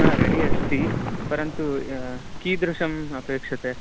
हा रेडि अस्ति परन्तु कीदृशम् अपेक्ष्यते